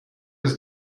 his